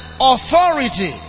authority